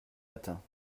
atteint